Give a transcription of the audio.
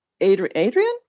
Adrian